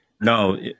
No